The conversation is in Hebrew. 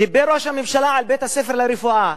דיבר ראש הממשלה על בית-הספר לרפואה,